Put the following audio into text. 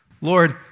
Lord